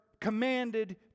commanded